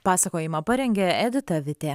pasakojimą parengė edita vitė